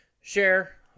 share